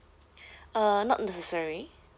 uh not necessary